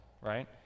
right